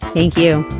thank you